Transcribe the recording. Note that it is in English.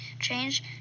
change